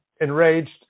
enraged